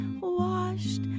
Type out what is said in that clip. washed